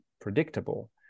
predictable